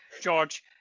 George